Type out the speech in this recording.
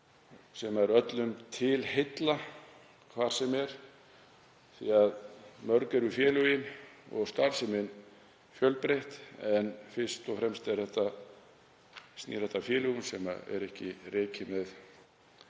sem er öllum til heilla hvar sem er, því að mörg eru félögin og starfsemin fjölbreytt. En fyrst og fremst snýr þetta að félögum sem eru rekin,